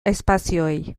espazioei